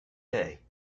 day